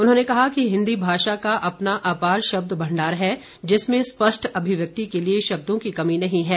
उन्होंने कहा कि हिन्दी भाषा का अपना अपार शब्द मंडार है जिसमें स्पष्ट अभिव्यक्ति के लिए शब्दों की कमी नही हैं